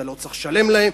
אתה לא צריך לשלם להם.